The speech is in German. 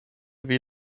wie